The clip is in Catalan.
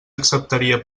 acceptaria